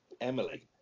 Emily